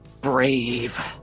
brave